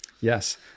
Yes